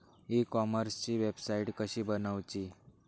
E कॉमर्सची website कशी बनवची?